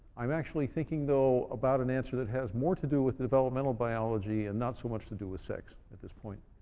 i'm actually thinking though about an answer that has more to do with developmental biology and not so much to do with sex, at this point.